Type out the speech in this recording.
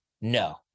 No